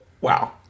wow